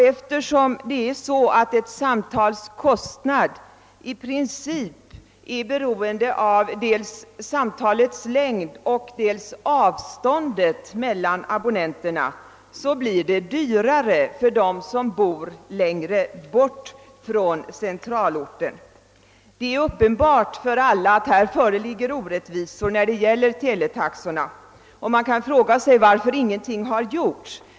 Eftersom kostnaden för ett samtal i princip är beroende dels av samtalets längd, dels av avståndet mellan abonnenterna, blir det dyrare för dem som bor längre bort från centralorten. Det är uppenbart för alla att här föreligger orättvisor när det gäller teletaxorna. Man kan fråga sig varför ingenting har gjorts.